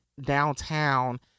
downtown